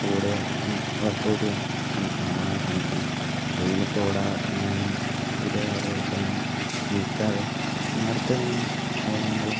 കൂടെ work out ചെയ്യാൻ ശ്രമിക്കണം ഓടാൻ ശ്രമിക്കണം വെയിലത്തോടാനും സൂര്യാഘാതം ഏൽക്കാനും നിൽക്കാതെ നേരത്തെ തന്നെ ഓടാനുള്ള